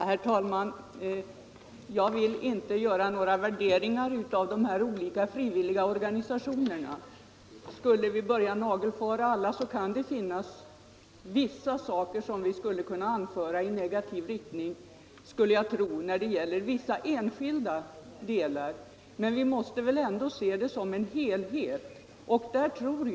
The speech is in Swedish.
Herr talman! Jag vill inte göra några värderingar av de olika frivilliga organisationerna. Skulle vi börja nagelfara dem alla skulle jag tro att vi på många håll kan finna vissa saker att anföra i negativ riktning när det gäller enskilda delar av verksamheten. Men vi måste väl ändå se organisationernas verksamhet som en helhet!